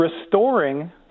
restoring